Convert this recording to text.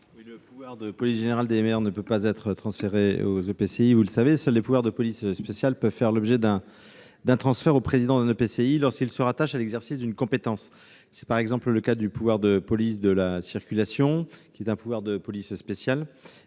Le pouvoir de police générale des maires ne peut pas être transféré aux EPCI. Vous le savez, seuls les pouvoirs de police spéciale peuvent faire l'objet d'un transfert au président d'un EPCI lorsqu'ils se rattachent à l'exercice d'une compétence. C'est par exemple le cas du pouvoir de police de la circulation, qui est un pouvoir de police spéciale,